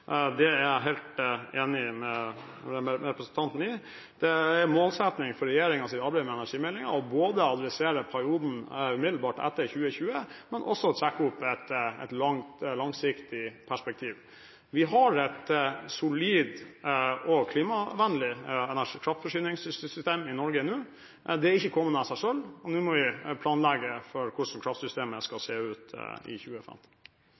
Det er en målsetting for regjeringens arbeid med energimeldingen både å adressere perioden umiddelbart etter 2020 og å trekke opp et langsiktig perspektiv. Vi har et solid og klimavennlig kraftforsyningssystem i Norge nå. Det har ikke kommet av seg selv, og nå må vi planlegge for hvordan kraftsystemet skal se ut i